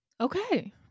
Okay